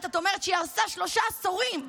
את אומרת שהיא הרסה שלושה עשורים.